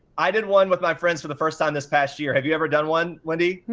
i did one with my friends for the first time this past year. have you ever done one, wendy?